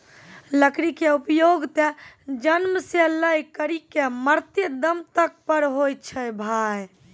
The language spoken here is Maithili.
लकड़ी के उपयोग त जन्म सॅ लै करिकॅ मरते दम तक पर होय छै भाय